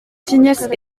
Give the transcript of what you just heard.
tignasse